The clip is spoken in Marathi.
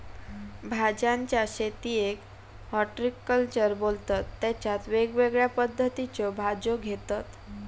भाज्यांच्या शेतीयेक हॉर्टिकल्चर बोलतत तेच्यात वेगवेगळ्या पद्धतीच्यो भाज्यो घेतत